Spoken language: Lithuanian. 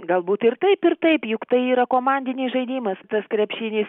galbūt ir taip ir taip juk tai yra komandinis žaidimas tas krepšinis